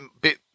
bit